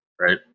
Right